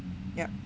ya